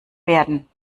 werden